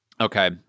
Okay